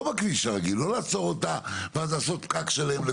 לא לעצור אותה, ואז לעשות פקק שלם.